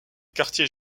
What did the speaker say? quartiers